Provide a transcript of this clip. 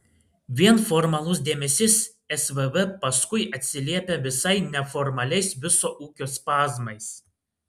vien formalus dėmesys svv paskui atsiliepia visai neformaliais viso ūkio spazmais